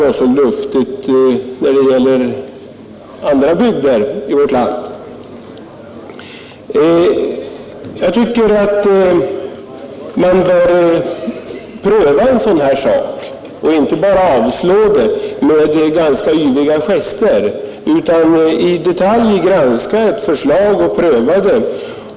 Jag tycker att man inte bara skall avstyrka ett sådant här förslag med ganska yviga gester utan i detalj granska och pröva det.